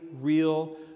real